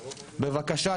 בבקשה,